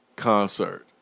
concert